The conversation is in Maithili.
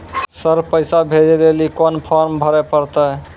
सर पैसा भेजै लेली कोन फॉर्म भरे परतै?